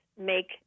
make